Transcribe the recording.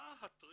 מה הטריגר,